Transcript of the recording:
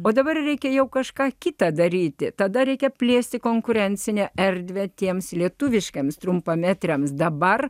o dabar reikia jau kažką kita daryti tada reikia plėsti konkurencinę erdvę tiems lietuviškiems trumpametražiams dabar